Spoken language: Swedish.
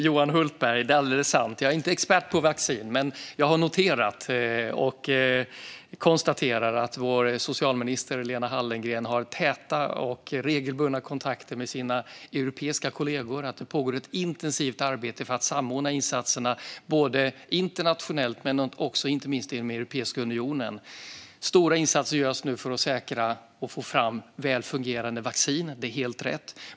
Fru talman! Det är alldeles sant, Johan Hultberg. Jag är inte expert på vaccin, men jag har noterat och konstaterar att vår socialminister Lena Hallengren har täta och regelbundna kontakter med sina europeiska kollegor och att det pågår ett intensivt arbete för att samordna insatserna, både internationellt och inte minst inom Europeiska unionen. Stora insatser görs nu för att få fram och säkra väl fungerande vaccin; det är helt rätt.